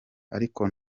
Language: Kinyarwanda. ariko